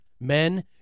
Men